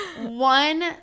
one